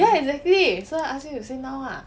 ya exactly so I ask you you say now ah